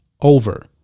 over